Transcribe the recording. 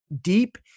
deep